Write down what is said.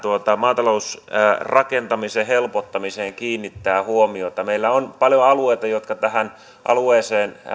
maatalousrakentamisen helpottamiseen kiinnittää huomiota meillä on paljon alueita jotka tähän alueeseen